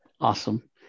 awesome